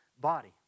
body